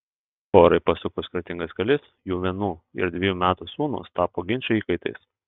porai pasukus skirtingais keliais jų vienų ir dvejų metų sūnūs tapo ginčų įkaitais